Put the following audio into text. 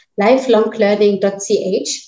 lifelonglearning.ch